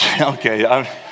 Okay